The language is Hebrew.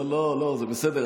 לא, לא, זה בסדר.